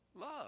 Love